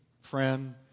friend